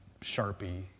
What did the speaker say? sharpie